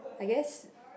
I guess